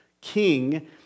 king